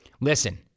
Listen